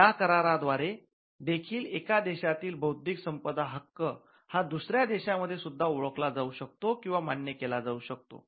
या कराराद्वारे देखील एका देशातील बौद्धिक संपदा हक्क हा दुसऱ्या देशामध्ये सुद्धा ओळखला जाऊ शकतो किंवा मान्य केला जाऊ शकतो